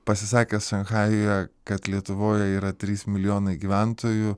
pasisakęs šanchajuje kad lietuvoje yra trys milijonai gyventojų